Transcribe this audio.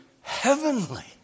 heavenly